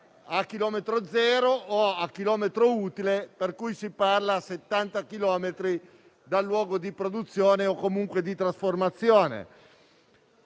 a chilometro zero o a chilometro utile, per cui si parla di 70 chilometri dal luogo di produzione o comunque di trasformazione.